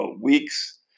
weeks